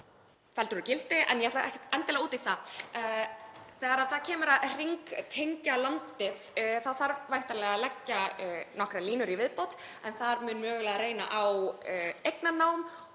kemur að því að hringtengja landið þá þarf væntanlega að leggja nokkrar línur í viðbót en þar mun mögulega reyna á eignarnám.